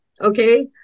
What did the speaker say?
Okay